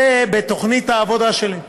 זה בתוכנית העבודה שלי.